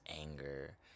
anger